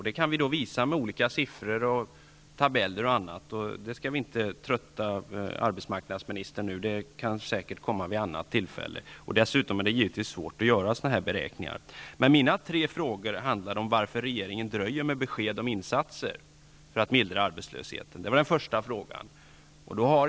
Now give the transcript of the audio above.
Det kan jag visa med tabeller och siffror, men jag skall inte trötta arbetsmarknadsministern med det nu -- han kan få se dem vid ett annat tillfälle. Dessutom är det givetvis svårt att göra sådana beräkningar. Den första av mina tre frågor handlade om varför regeringen dröjer med besked om insatser för att mildra arbetslösheten.